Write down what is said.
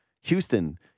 Houston